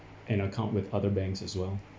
an account with other banks as well